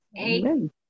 Amen